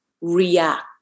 react